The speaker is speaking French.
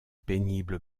pénible